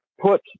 put